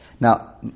Now